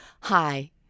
Hi